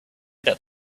that